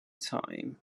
time